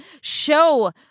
show